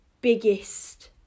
biggest